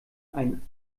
einen